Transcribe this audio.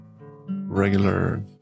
Regular